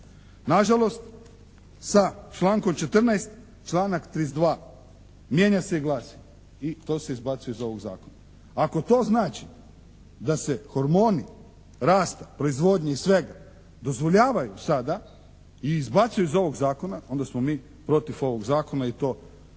Nažalost sa člankom 14., članak 32. mijenja se i glasi, i to se izbacuje iz ovog zakona. Ako to znači da se hormoni rasta, proizvodnje i svega dozvoljavaju sada i izbacuju iz ovog zakona onda smo mi protiv ovog zakona i to energično,